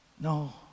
No